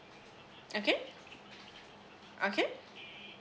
okay okay